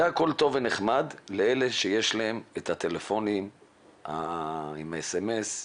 הכל טוב ונחמד לאלה שיש להם טלפונים עם סמס,